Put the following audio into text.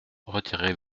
retirez